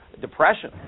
depression